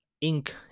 ink